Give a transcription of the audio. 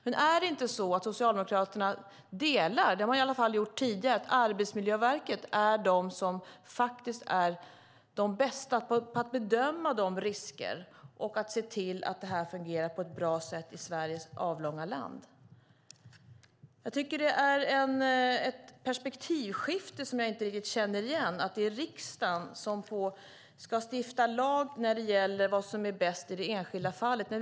Men delar inte Socialdemokraterna åsikten - det har de i alla fall gjort tidigare - att det är Arbetsmiljöverket som är bäst på att bedöma riskerna och se till att detta fungerar på ett bra sätt i Sveriges avlånga land? Uppfattningen att det är riksdagen som ska stifta lag när det gäller vad som är bäst i det enskilda fallet innebär ett perspektivskifte som jag inte riktigt känner igen.